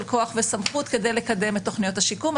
כוח וסמכות כדי לקדם את תוכניות השיקום.